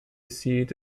seat